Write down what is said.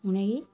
उ'नेंगी